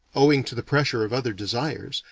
owing to the pressure of other desires,